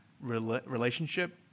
relationship